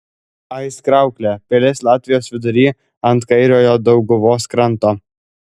aizkrauklė pilis latvijos vidury ant kairiojo dauguvos kranto